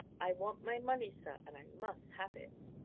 i want my money, sir, and i must have it.